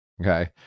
Okay